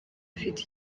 afite